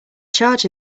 charge